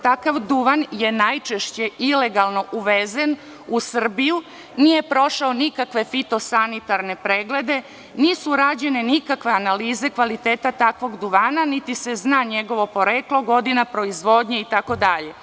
Takav duvan je najčešće ilegalno uvezen u Srbiju, nije prošao nikakve fitosanitarne preglede, nisu rađene nikakve analize kvaliteta takvog duvana, niti se zna njegovo poreklo, godina proizvodnje itd.